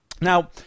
Now